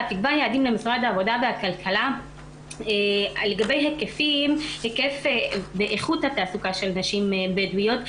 יעדים למשרד העבודה לגבי היקפים ואיכות התעסוקה של נשים בדואיות.